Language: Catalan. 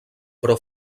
però